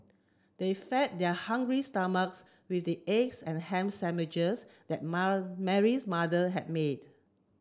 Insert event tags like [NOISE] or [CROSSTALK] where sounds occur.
they fed their hungry stomachs with the eggs and ham sandwiches that [UNINTELLIGIBLE] Mary's mother had made